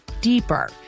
deeper